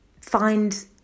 find